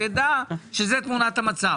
שתדע שזו תמונת המצב.